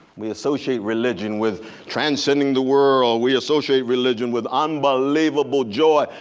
we associate religion with transcending the world. we associate religion with unbelievable joy.